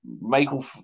Michael